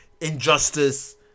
injustice